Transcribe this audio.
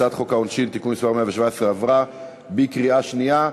הצעת חוק העונשין (תיקון מס' 117) עברה בקריאה שנייה.